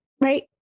right